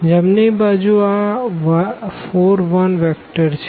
જમણી બાજુ આ 4 1 વેક્ટર છે